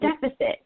deficit